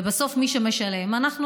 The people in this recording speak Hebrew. ובסוף מי שמשלם זה אנחנו,